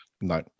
No